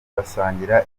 basangira